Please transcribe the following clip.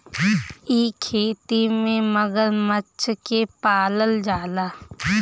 इ खेती में मगरमच्छ के पालल जाला